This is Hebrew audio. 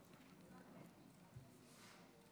אדוני היושב-ראש, כנסת נכבדה,